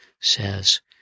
says